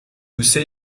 کوسه